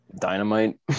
dynamite